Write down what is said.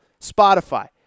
Spotify